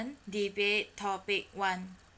debate topic one